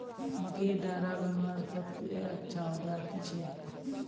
मकईर डेरा बनवार सबसे अच्छा औजार की छे?